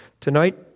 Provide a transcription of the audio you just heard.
tonight